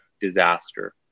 disaster